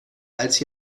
als